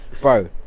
bro